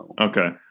Okay